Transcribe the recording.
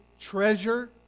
treasure